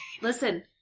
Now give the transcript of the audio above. Listen